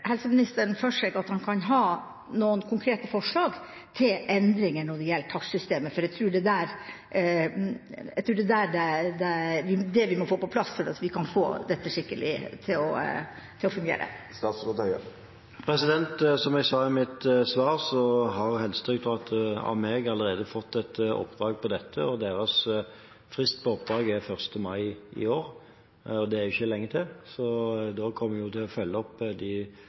helseministeren for seg at han kan ha noen konkrete forslag til endringer når det gjelder takstsystemet, for jeg tror det er det vi må få på plass for å få dette til å fungere skikkelig. Som jeg sa i mitt svar, har Helsedirektoratet av meg allerede fått et oppdrag på dette, og deres frist for oppdraget er 1. mai i år. Det er ikke lenge til, så da kommer vi til å følge opp og se på de